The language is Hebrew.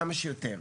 כמה שיותר.